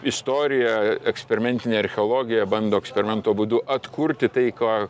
istoriją eksperimentinę archeologiją ir bando eksperimento būdu atkurti tai ką